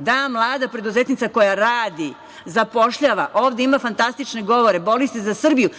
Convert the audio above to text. Ili, mlada preduzetnica koja radi, zapošljava, ovde ima fantastične govore, bori se za Srbiju.